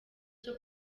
cyo